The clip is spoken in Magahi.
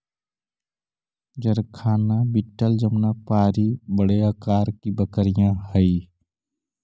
जरखाना बीटल जमुनापारी बड़े आकार की बकरियाँ हई